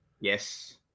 yes